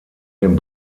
den